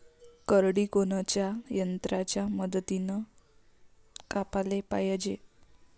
करडी कोनच्या यंत्राच्या मदतीनं कापाले पायजे?